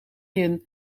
een